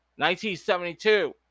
1972